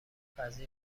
وزیر